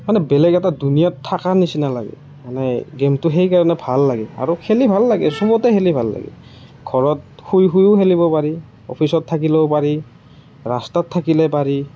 মানে বেলেগ এটা দুনীয়াত থকা নিচিনা লাগে মানে গেমটো সেইকাৰণে ভাল লাগে আৰু খেলি ভাল লাগে সবতে খেলি ভাল লাগে ঘৰত শুই শুইয়ো খেলিব পাৰি অফিচত থাকিলেও পাৰি ৰাস্তাত থাকিলে পাৰি